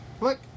look